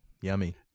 yummy